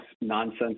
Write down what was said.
nonsense